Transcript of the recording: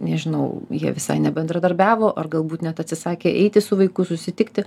nežinau jie visai nebendradarbiavo ar galbūt net atsisakė eiti su vaiku susitikti